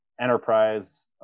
enterprise